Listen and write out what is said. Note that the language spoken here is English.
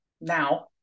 now